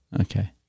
okay